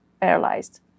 paralyzed